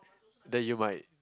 that you might